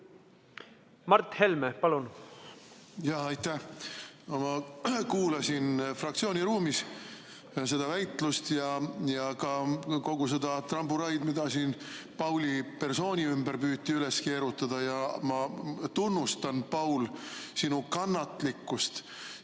Mart Helme, palun!